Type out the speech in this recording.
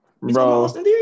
bro